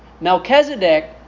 Melchizedek